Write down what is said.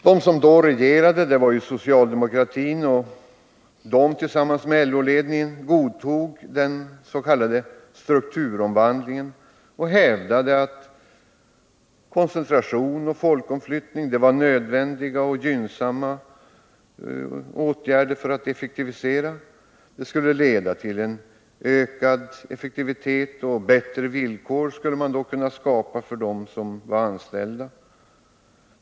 Den då regerande socialdemokratin och LO-ledningen godtog den s.k. strukturomvandlingen och hävdade att koncentration och folkomflyttning var nödvändiga och gynnsamma åtgärder, vilka skulle leda till ökad effektivitet och bättre villkor för de anställda.